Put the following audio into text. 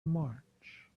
march